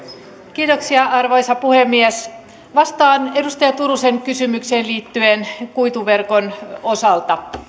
minuutti arvoisa puhemies vastaan edustaja turusen kysymykseen kuituverkon osalta